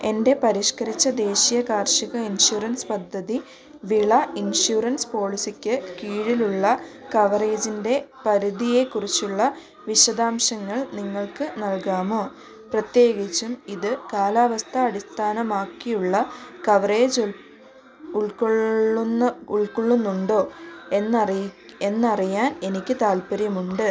എന്റെ പരിഷ്ക്കരിച്ച ദേശീയ കാർഷിക ഇൻഷുറൻസ് പദ്ധതി വിള ഇൻഷുറൻസ് പോളിസിക്ക് കീഴിലുള്ള കവറേജ്ന്റെ പരിധിയെക്കുറിച്ചുള്ള വിശദാംശങ്ങൾ നിങ്ങൾക്ക് നാൽകാമോ പ്രത്യേകിച്ചും ഇത് കാലാവസ്ഥാ അടിസ്ഥാനമാക്കിയുള്ള കവറേജ് ഉൾക്കൊള്ളുന്നു ഉൾക്കൊള്ളുന്നുണ്ടോ എന്നറിയാൻ എനിക്ക് താൽപ്പര്യമുണ്ട്